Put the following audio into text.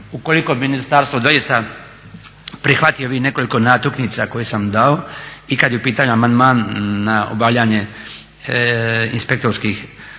ukoliko ministarstvo doista prihvati ovih nekoliko natuknica koje sam dao i kad je u pitanju amandman na obavljanje inspektorskih